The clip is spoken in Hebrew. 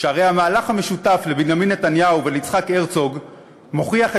שהרי המהלך המשותף לבנימין נתניהו וליצחק הרצוג מוכיח את